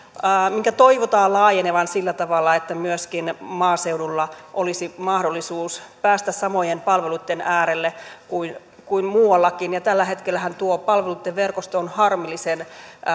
minkä toivotaan laajenevan sillä tavalla että myöskin maaseudulla olisi mahdollisuus päästä samojen palveluitten äärelle kuin kuin muuallakin tällä hetkellähän tuo palveluitten verkosto on harmillisen